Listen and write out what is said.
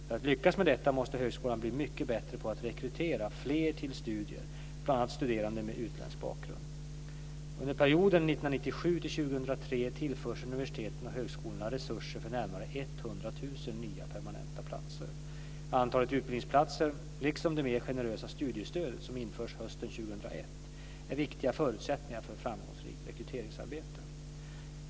För att lyckas med detta måste högskolan bli mycket bättre på att rekrytera fler till studier, bl.a. studerande med utländsk bakgrund. Under perioden 1997-2003 tillförs universiteten och högskolorna resurser för närmare 100 000 nya permanenta platser. Antalet utbildningsplatser liksom det nya mer generösa studiestödet som införs hösten 2001 är viktiga förutsättningar för ett framgångsrikt rekryteringsarbete.